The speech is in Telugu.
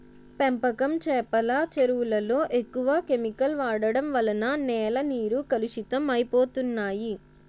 పెంపకం చేపల చెరువులలో ఎక్కువ కెమికల్ వాడడం వలన నేల నీరు కలుషితం అయిపోతన్నాయి